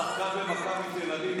הכול טוב, אני נהנית מכל מילה.